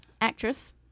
actress